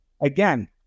Again